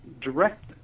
direct